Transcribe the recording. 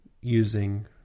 Using